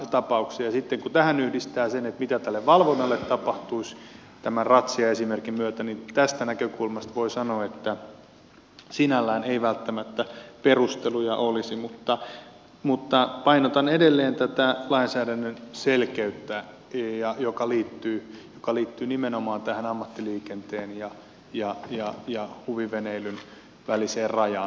sitten kun tähän yhdistää sen mitä tälle valvonnalle tapahtuisi tämän ratsiaesimerkin myötä niin tästä näkökulmasta voi sanoa että sinällään ei välttämättä perusteluja olisi mutta painotan edelleen tätä lainsäädännön selkeyttä joka liittyy nimenomaan tähän ammattiliikenteen ja huviveneilyn väliseen rajaan